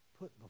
put